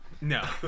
No